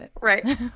Right